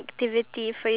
talk